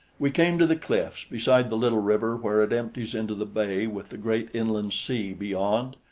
we came to the cliffs beside the little river where it empties into the bay with the great inland sea beyond.